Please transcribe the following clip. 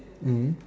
mm